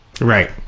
Right